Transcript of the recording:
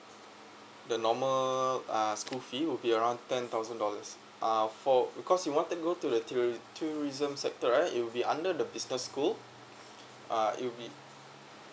the normal uh school fee will be around ten thousand dollars uh for because you wanted to go to the touri~ tourism sector right it will be under the business school uh it'll be